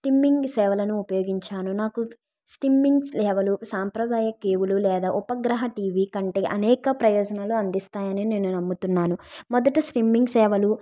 streaming సేవలను ఉపయోగించాను నాకు స్టిమ్మింగ్ సేవలు సాంప్రదాయ కేబులు లేదా ఉపగ్రహ టీవీ కంటే అనేక ప్రయోజనాలు అందిస్తాయి అని నేను నమ్ముతున్నాను మొదట స్టిమ్మింగ్ సేవలు